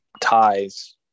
ties